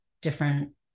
different